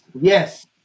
Yes